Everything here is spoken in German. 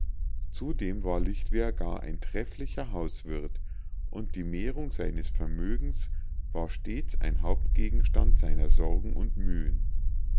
zudem war lichtwer gar ein trefflicher hauswirth und die mehrung seines vermögens war stets ein hauptgegenstand seiner sorgen und mühen